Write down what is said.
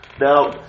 Now